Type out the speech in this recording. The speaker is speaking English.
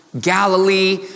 Galilee